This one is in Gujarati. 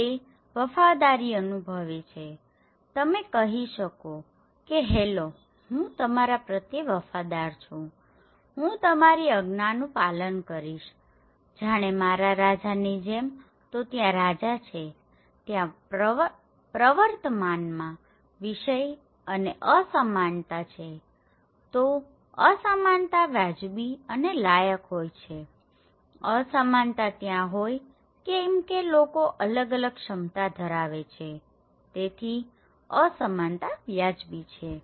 તે વફાદારી અનુભવે છે તમે કહી શકો કે હેલો હું તમારા પ્રત્યે વફાદાર છુંહું તમારી આજ્ઞાનું પાલન કરીશ જાણે મારા રાજાની જેમતો ત્યાં રાજા છે ત્યાં પ્રવર્તમાનમાં વિષય અને અસમાનતા છેતો અસમાનતા વાજબી અને લાયક હોય છેઅસમાનતા ત્યાં હોય છે કેમકે લોકો અલગ અલગ ક્ષમતા ધરાવે છે તેથી અસમાનતા વાજબી છે